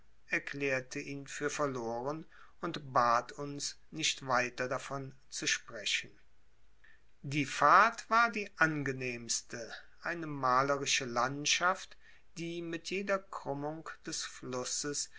erklärte ihn für verloren und bat uns nicht weiter davon zu sprechen die fahrt war die angenehmste eine malerische landschaft die mit jeder krümmung des flusses